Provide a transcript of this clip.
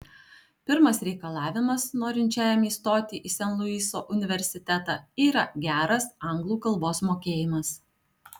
pirmas reikalavimas norinčiajam įstoti į sen luiso universitetą yra geras anglų kalbos mokėjimas